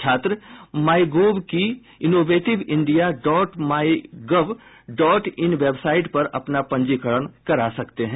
छात्र my gov की innovative India dot my gov dot in website पर अपना पंजीकरण करा सकते हैं